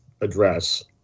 address